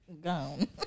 Gone